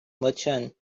merchant